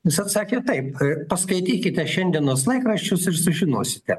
jis atsakė taip paskaitykite šiandienos laikraščius ir sužinosite